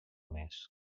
més